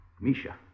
Misha